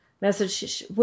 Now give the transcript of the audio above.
message